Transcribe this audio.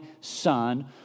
son